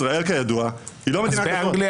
ישראל כידוע היא לא מדינת כזאת.